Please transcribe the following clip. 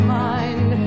mind